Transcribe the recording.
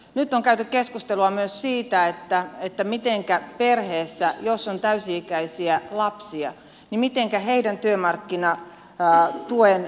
nyt on käyty keskustelua myös siitä millainen on niiden perheiden joissa on täysi ikäisiä lapsia työmarkkinatuen kohtalo